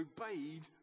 obeyed